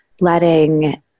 letting